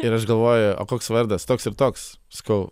ir aš galvoju o koks vardas toks ir toks sakau